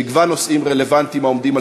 במגוון נושאים רלוונטיים העומדים על